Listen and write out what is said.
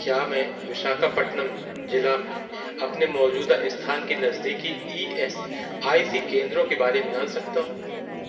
क्या मैं विशाखापट्नम ज़िले में अपने मौजूदा स्थान के नज़दीकी ई एस आई सी केंद्रों के बारे में जान सकता हूँ